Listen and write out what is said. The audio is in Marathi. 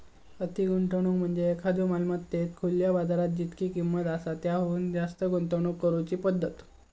अति गुंतवणूक म्हणजे एखाद्यो मालमत्तेत खुल्यो बाजारात जितकी किंमत आसा त्याहुन जास्त गुंतवणूक करुची पद्धत